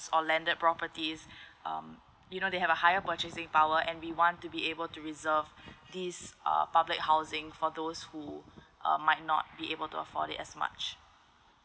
or landed properties um you know they have a higher purchasing power and we want to be able to reserve this uh public housing for those who um might not be able to afford it as much